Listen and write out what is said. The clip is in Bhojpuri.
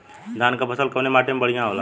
धान क फसल कवने माटी में बढ़ियां होला?